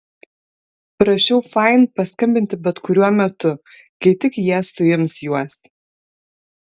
prašiau fain paskambinti bet kuriuo metu kai tik jie suims juos